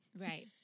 right